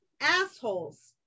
assholes